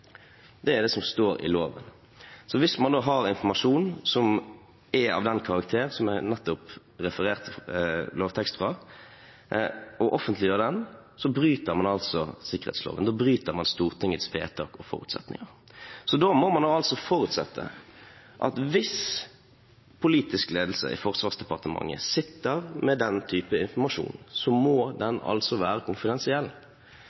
Det er det som står i loven. Hvis man har informasjon som er av den karakter som jeg nettopp refererte lovtekst om, og man offentliggjør den, bryter man altså sikkerhetsloven, man bryter Stortingets vedtak og forutsetninger. Da må man forutsette at hvis politisk ledelse i Forsvarsdepartementet sitter med den type informasjon, må